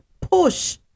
push